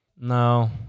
No